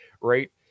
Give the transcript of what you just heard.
right